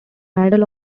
medal